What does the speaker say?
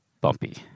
bumpy